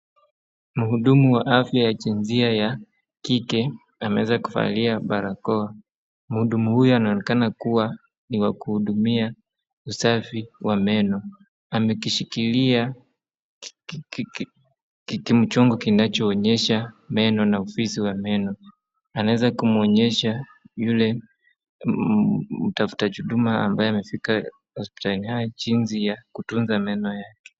Mhudumu wa afya ya jinsia ya kike ameweza kuvalia barakoa, muhudumu huyu anaonekana ni wakuhudumia usafi wa meno, ameshikilia kimchongo kinachoonyesha meno na ufisi wa meno, anaweza kumuonyesha yule mtafutaji huduma ambaye amefika hospitalini jinsi ya kutunza meno yake.